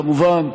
כמובן,